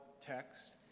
text